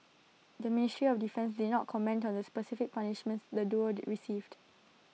the ministry of defence did not comment on the specific punishments the duo received